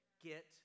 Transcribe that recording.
Get